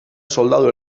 soldadu